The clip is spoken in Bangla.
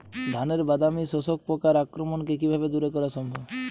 ধানের বাদামি শোষক পোকার আক্রমণকে কিভাবে দূরে করা সম্ভব?